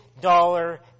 dollar